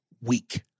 weak